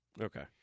Okay